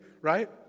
right